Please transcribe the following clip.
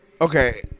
Okay